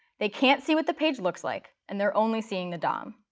they can't see what the page looks like, and they're only seeing the dom.